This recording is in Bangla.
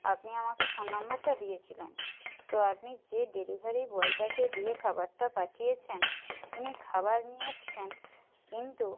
আপনি আমাকে ফোন নম্বরটা দিয়েছিলেন তো আপনি যে ডেলিভারি বয়টাকে দিয়ে খাবারটা পাঠিয়েছেন তিনি খাবার নিয়ে এসছেন কিন্তু